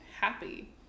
happy